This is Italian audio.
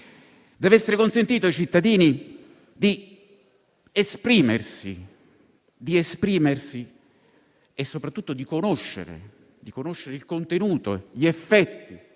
Deve essere consentito ai cittadini di esprimersi e soprattutto di conoscere il contenuto e gli effetti